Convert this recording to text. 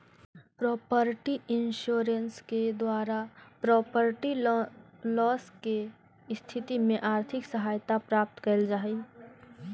property insurance के द्वारा property loss के स्थिति में आर्थिक सहायता प्राप्त कैल जा हई